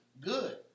Good